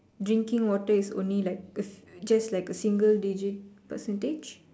drinking water is only like a just like a single digit percentage